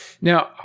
Now